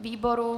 Výboru?